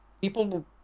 people